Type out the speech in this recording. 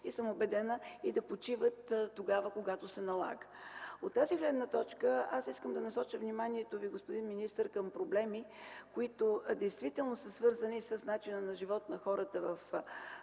и убедена съм, да почиват тогава, когато се налага. От тази гледна точка аз искам да насоча вниманието Ви, господин министър, към проблеми, които действително са свързани с начина на живот на възрастните